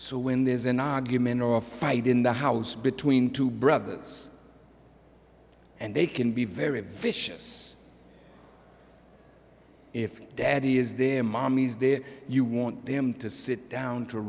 so when there's an argument or a fight in the house between two brothers and they can be very a vicious if daddy is their mommies there you want them to sit down to